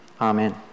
amen